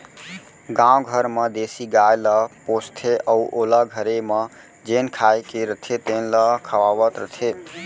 गाँव घर म देसी गाय ल पोसथें अउ ओला घरे म जेन खाए के रथे तेन ल खवावत रथें